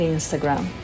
Instagram